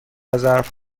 ظرف